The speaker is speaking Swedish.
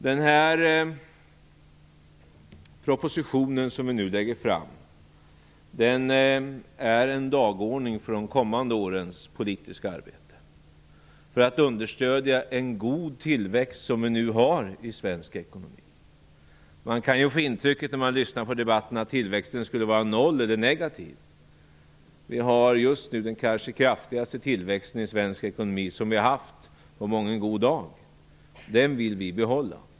Den proposition som vi nu lägger fram är en dagordning för de kommande årens politiska arbete för att understödja den goda tillväxt som vi nu har i svensk ekonomi. När man lyssnar på debatten kan man få intrycket att tillväxten skulle vara noll eller negativ. Vi har just nu den kanske kraftigaste tillväxt i svensk ekonomi som vi haft på mången god dag. Den vill vi behålla.